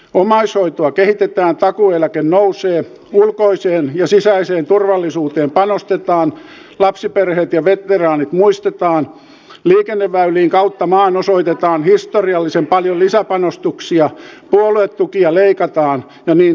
omaishoitoa kehitetään takuueläke nousee ulkoiseen ja sisäiseen turvallisuuteen panostetaan lapsiperheet ja veteraanit muistetaan liikenneväyliin kautta maan osoitetaan historiallisen paljon lisäpanostuksia puoluetukia leikataan ja niin edelleen